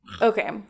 okay